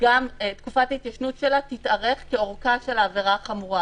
גם תקופת ההתיישנות שלה תתארך כאורכה של העבירה החמורה.